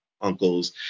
uncles